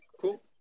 cool